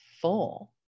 full